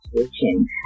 switching